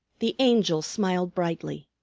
the angel smiled brightly.